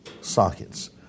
sockets